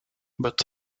but